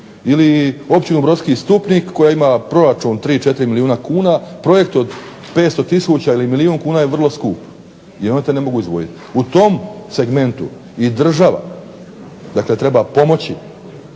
ili općinu Brodski Stupnik koja ima proračun 3, 4 milijuna kuna projekt od 500 tisuća ili milijun kuna je vrlo skup. I oni to ne mogu izdvojiti. U tom segmentu i država dakle treba pomoći